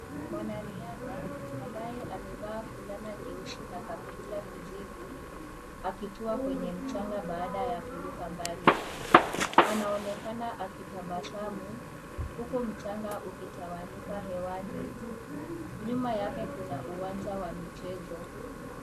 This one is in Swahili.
Mwanariadha ambaye amevaa fulana nyeusi na kaptura kijivu akitua kwenye mchanga baada ya kuruka mbali. Anaonekana akitabasamu huku mchanga ukitawanyika hewani. Nyuma yake kuna uwanja wa michezo.